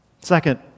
Second